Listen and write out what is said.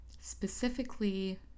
Specifically